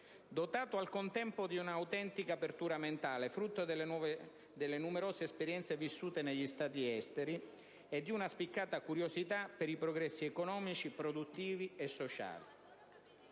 dotato al contempo di un'autentica apertura mentale, frutto delle numerose esperienze vissute negli Stati esteri, e di una spiccata curiosità per i progressi economici, produttivi e sociali.